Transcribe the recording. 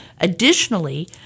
Additionally